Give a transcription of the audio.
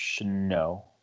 no